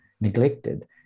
neglected